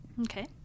Okay